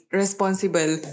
responsible